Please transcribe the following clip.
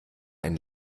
ein